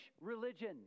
religion